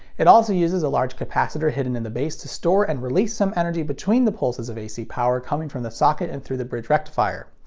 it also uses a large capacitor hidden in the base to store and release some energy between the pulses of ac power coming from the socket and through bridge rectifier.